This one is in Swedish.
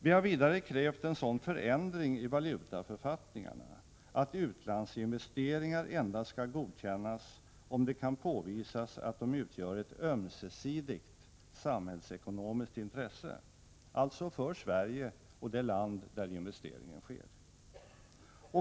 Vi har för det andra krävt en sådan förändring i valutaförfattningarna att utlandsinvesteringar endast skall godkännas om det kan påvisas att de utgör ett ömsesidigt samhällsekonomiskt intresse — alltså för Sverige och för det land där investeringen sker.